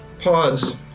pods